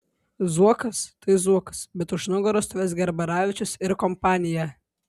zuokas tai zuokas bet už nugaros stovės garbaravičius ir kompanija